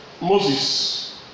Moses